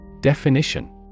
Definition